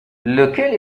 lequel